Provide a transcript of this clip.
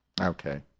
Okay